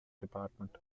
department